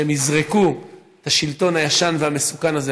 שהם יזרקו את השלטון הישן והמסוכן הזה